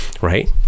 right